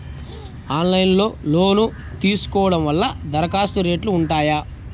Online లో loan తీసుకోవడం వల్ల దరఖాస్తు రేట్లు ఉంటాయా?